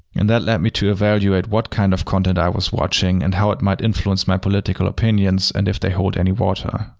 and that led me to evaluate what kind of content i was watching, and how it might influence my political opinions and if they hold any water.